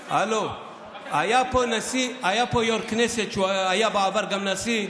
היה פה יו"ר כנסת שהיה בעבר גם נשיא,